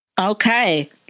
Okay